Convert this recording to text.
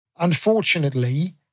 Unfortunately